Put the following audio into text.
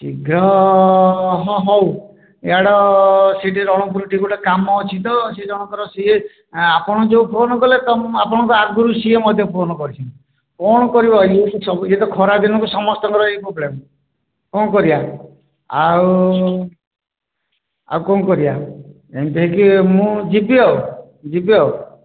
ଶୀଘ୍ର ହଁ ହେଉ ଇଆଡେ ସେ'ଠି ରଣପୁରଠି ଗୋଟିଏ କାମ ଅଛି ତ ସିଏ ଜଣକର ସିଏ ଆପଣ ଯେଉଁ ଫୋନ କଲେ ତୁମ ଆପଣଙ୍କ ଆଗରୁ ସିଏ ମଧ୍ୟ ଫୋନ କରିଛନ୍ତି କ'ଣ କରିବ ଇଏ ତ ଖରା ଦିନ ତ ସମସ୍ତଙ୍କର ଏଇ ପ୍ରୋବ୍ଲେମ୍ କ'ଣ କରିବା ଆଉ ଆଉ କ'ଣ କରିବା ଏମତି ହେଇକି ମୁଁ ଯିବି ଆଉ ଯିବି ଆଉ